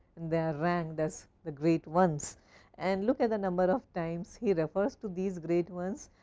they are ranked as the great ones and look at the number of times he refers to these great ones.